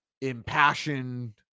impassioned